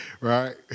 Right